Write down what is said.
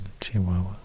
Chihuahua